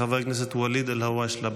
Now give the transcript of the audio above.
לחבר הכנסת ואליד אלהואשלה.